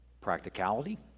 practicality